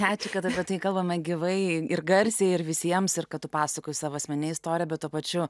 ačiū kad apie tai kalbame gyvai ir garsiai ir visiems ir kad tu pasakoji savo asmeni istoriją bet tuo pačiu